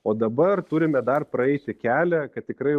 o dabar turime dar praeiti kelią kad tikrai